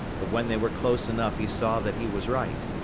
but when they were close enough he saw that he was right.